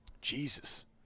Jesus